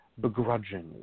begrudgingly